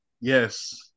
Yes